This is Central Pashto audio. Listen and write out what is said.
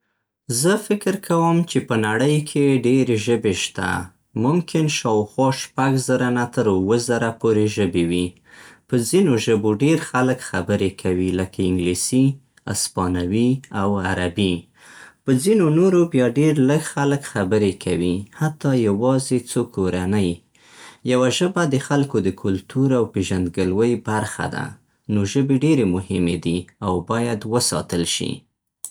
زه فکر کوم چې په نړۍ کې ډېرې ژبې شته. ممکن شاوخوا شپږ زره نه تر اووه زره پورې ژبې وي. په ځینو ژبو ډېر خلک خبرې کوي، لکه انګلیسي، اسپانوي، او عربي. په ځینو نورو بیا ډېر لږ خلک خبرې کوي، حتا یوازې څو کورنۍ. یوه ژبه د خلکو د کلتور او پېژندګلوۍ برخه ده. نو ژبې ډېرې مهمې دي او باید وساتل شي.